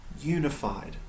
unified